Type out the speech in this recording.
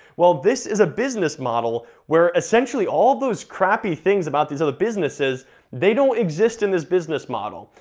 well, this is a business model where essentially all those crappy things about these other businesses they don't exist in this business model.